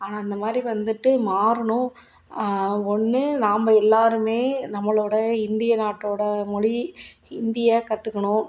ஆனால் இந்தமாதிரி வந்துவிட்டு மாறணும் ஒன்று நம்ப எல்லாருமே நம்மளோட இந்திய நாட்டோட மொழி ஹிந்தியை கற்றுக்கணும்